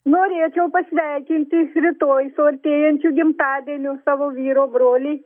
norėčiau pasveikinti rytoj su artėjančiu gimtadieniu savo vyro brolį